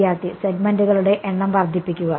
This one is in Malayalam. വിദ്യാർത്ഥി സെഗ്മെന്റുകളുടെ എണ്ണം വർദ്ധിപ്പിക്കുക